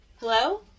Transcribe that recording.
hello